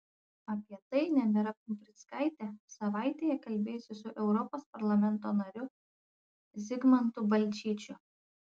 apie tai nemira pumprickaitė savaitėje kalbėjosi su europos parlamento nariu zigmantu balčyčiu